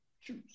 choose